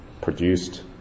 produced